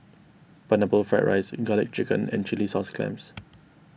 Pineapple Fried Rice Garlic Chicken and Chilli Sauce Clams